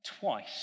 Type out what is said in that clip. twice